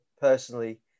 personally